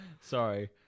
Sorry